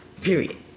Period